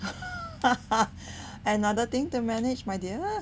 another thing to manage my dear